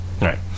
Right